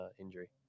injury